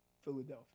Philadelphia